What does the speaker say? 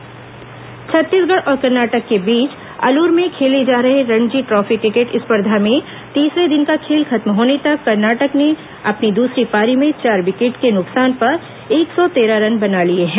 Ranji trophy Chhattisgarh और कर्नाटक के बीच अलूर में खेले जा रहे रणजी ट्रॉफी क्रिकेट स्पर्धा में तीसरे दिन का खेल खत्म होने तक कर्नाटक ने अपनी दूसरी पारी में चार विकेट के नुकसान पर एक सौ तेरह रन बना लिए हैं